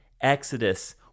Exodus